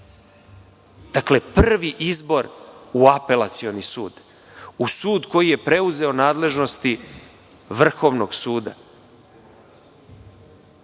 Dakle, prvi izbor u Apelacioni sud, u sud koji je preuzeo nadležnosti Vrhovnog suda. Danas